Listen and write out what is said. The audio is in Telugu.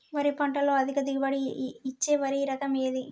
వరి పంట లో అధిక దిగుబడి ఇచ్చే వరి రకం ఏది?